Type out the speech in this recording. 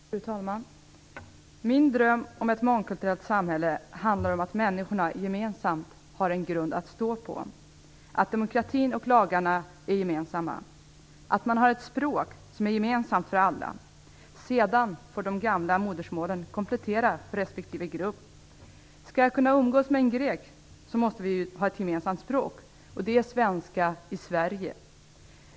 Fru talman! Min dröm om ett mångkulturellt samhälle handlar om att människorna gemensamt har en grund att stå på, att demokratin och lagarna är gemensamma, att man har ett språk som är gemensamt för alla. Sedan får de gamla modersmålen komplettera respektive grupp. Om jag skall kunna umgås med en grek måste vi ha ett gemensamt språk, och det är svenska i Sverige.